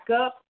up